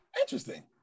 Interesting